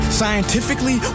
scientifically